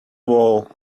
wall